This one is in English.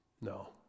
No